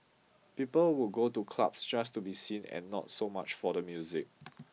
people would go to clubs just to be seen and not so much for the music